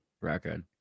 record